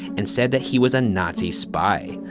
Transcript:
and said that he was a nazi spy.